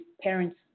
parents